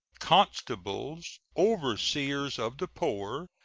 constables, overseers of the poor,